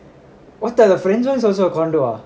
what the friends' house also a condo ah